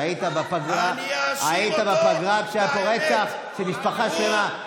היית בפגרה כשהיה פה רצח של משפחה שלמה,